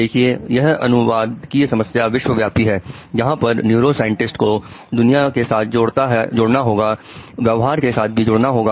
देखिए यह अनुवादकीय समस्या विश्वव्यापी है जहां पर न्यूरोसाइंटिस्ट को दुनिया के साथ जुड़ना होगा व्यवहार के साथ भी जुड़ना होगा